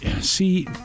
See